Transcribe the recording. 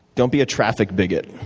don't be a traffic bigot.